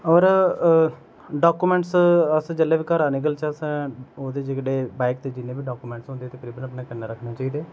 और डाक्युमेंट्स अस जेल्ले बी घरा निकलचे असें बाइक दे जिन्ने बी डाक्यूमेंट्स हुंदे ओह् असें अपने कन्ने रक्खने चाहिदे